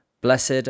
Blessed